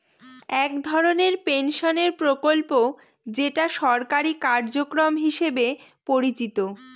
এক ধরনের পেনশনের প্রকল্প যেটা সরকারি কার্যক্রম হিসেবে পরিচিত